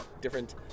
different